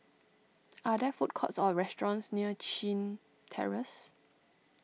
are there food courts or restaurants near Chin Terrace